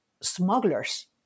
smugglers